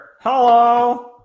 Hello